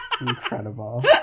Incredible